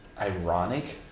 ironic